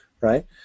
right